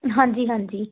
ਹਾਂਜੀ ਹਾਂਜੀ